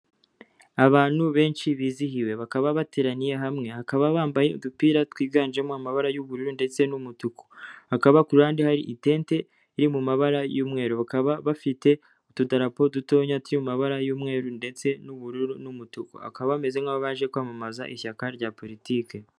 Abantu benshi bizihiwe bakaba bateraniye hamwe, bakaba bambaye udupira twiganjemo amabara y'ubururu ndetse n'umutu, hakaba kurande hari itente iri mu mabara y'umweru, bakaba bafite utudarapo dutoya turi mu mabara y'umweru ndetse n'ubururu n'umutuku, bakaba bameze nk'abaje kwamamaza ishyaka rya politiki.